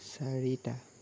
চাৰিটা